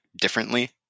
differently